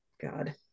god